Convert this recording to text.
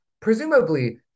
presumably-